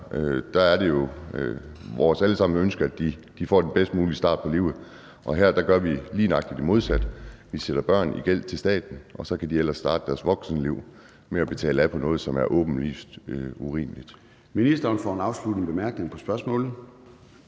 sige, at det er vores alle sammens ønske, at de får den bedst mulige start på livet. Her gør vi lige nøjagtig det modsatte: Vi sætter børn i gæld til staten. Og så kan de ellers starte deres voksenliv med at betale af på noget, som er åbenlyst urimeligt.